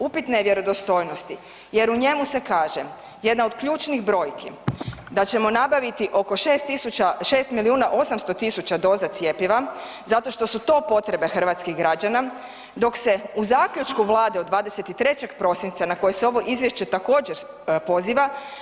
Upitne vjerodostojnosti jer u njemu se kaže jedna od ključnih brojki da ćemo nabaviti oko 6 800 000 doza cjepiva zato što su to potrebe hrvatskih građana dok se u zaključku Vlade od 23. prosinca na koje se ovo izvješće također poziva.